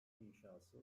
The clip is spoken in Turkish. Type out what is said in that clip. inşası